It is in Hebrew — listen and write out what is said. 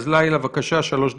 לילה, בבקשה, שלוש דקות.